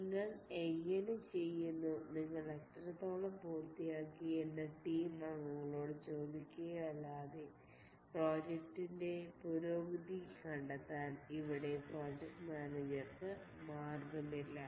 നിങ്ങൾ എങ്ങനെ ചെയ്യുന്നു നിങ്ങൾ എത്രത്തോളം പൂർത്തിയാക്കി എന്ന് ടീം അംഗങ്ങളോട് ചോദിക്കുക അല്ലാതെ പ്രോജക്റ്റിൻറെ പുരോഗതി കണ്ടെത്താൻ ഇവിടെ പ്രോജക്ട് മാനേജർക്ക് മാർഗ്ഗമില്ല